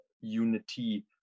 unity